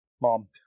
mom